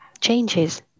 changes